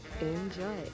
enjoy